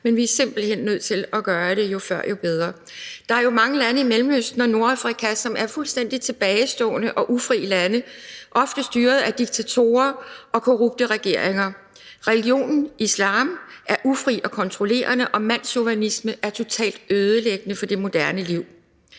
er vi simpelt hen nødt til at gøre det – jo før, jo bedre. Der er jo mange lande i Mellemøsten og Nordafrika, som er fuldstændig tilbagestående og ufri lande, ofte styret af diktatorer og korrupte regeringer. Religionen islam er ufri og kontrollerende, og mandschauvinisme er totalt ødelæggende for det moderne liv.